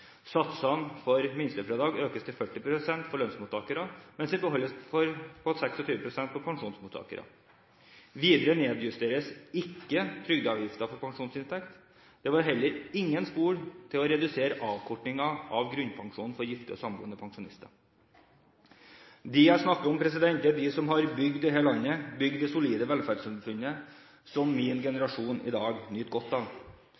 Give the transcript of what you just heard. Satsene for minstefradrag økes til 40 pst. for lønnsmottakere, mens den beholdes på 26 pst. for pensjonsmottakere. Videre nedjusteres ikke trygdeavgiften for pensjonsinntekt. Det var heller ingen spor av redusering av avkortingen i grunnpensjonen for gifte og samboende pensjonister. Dem jeg snakker om, er de som har bygd dette landet, bygd det solide velferdssamfunnet som min generasjon i dag nyter godt av.